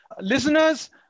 Listeners